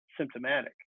symptomatic